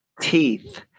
Teeth